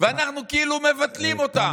ואנחנו כאילו מבטלים אותם.